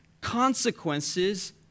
consequences